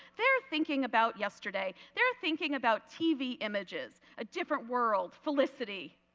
they are thinking about yesterday. they are thinking about tv images, a different world, felicity.